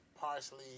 parsley